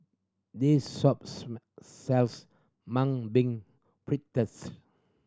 this shop sells Mung Bean Fritters